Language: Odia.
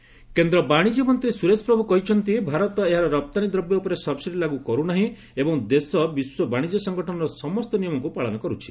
ପ୍ରଭୁ ଡବ୍ଲ୍ୟଟିଓ କେନ୍ଦ୍ର ବାଣିଜ୍ୟ ମନ୍ତ୍ରୀ ସୁରେଶ ପ୍ରଭୁ କହିଛନ୍ତି ଭାରତ ଏହାର ରପ୍ତାନୀ ଦ୍ରବ୍ୟ ଉପରେ ସବ୍ସିଡ଼ି ଲାଗୁ କରୁ ନାହିଁ ଏବଂ ଦେଶ ବିଶ୍ୱ ବାଣିଜ୍ୟ ସଙ୍ଗଠନର ସମସ୍ତ ନିୟମକୁ ପାଳନ କରୁଛି